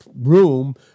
room